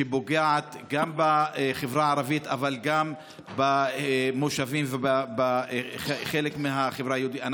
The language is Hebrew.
שפוגעים גם בחברה הערבית אבל גם במושבים ובחלק מהחברה היהודית.